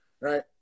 right